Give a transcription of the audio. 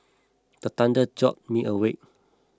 the thunder jolt me awake